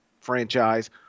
franchise